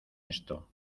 esto